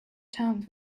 terms